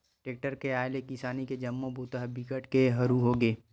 tractor के आए ले किसानी के जम्मो बूता ह बिकट के हरू होगे